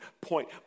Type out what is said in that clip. point